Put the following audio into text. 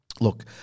Look